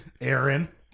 Aaron